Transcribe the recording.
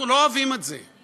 אנחנו לא אוהבים את זה,